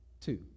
Two